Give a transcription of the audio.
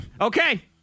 Okay